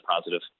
positive